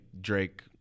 Drake